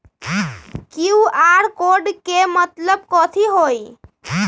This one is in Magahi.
कियु.आर कोड के मतलब कथी होई?